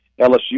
LSU